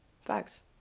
Facts